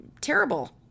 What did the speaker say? terrible